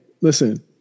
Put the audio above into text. listen